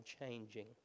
changing